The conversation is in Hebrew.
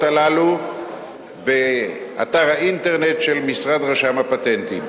הללו באתר האינטרנט של משרד רשם הפטנטים.